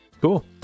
Cool